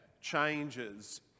changes